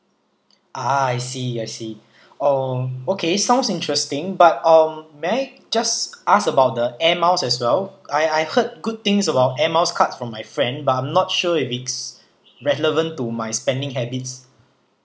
ah I see I see um okay sounds interesting but um may I just ask about the air miles as well I I heard good things about air miles card from my friend but I'm not sure if it's relevant to my spending habits